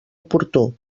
oportú